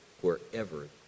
wherever